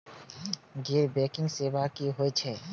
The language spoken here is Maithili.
गैर बैंकिंग सेवा की होय छेय?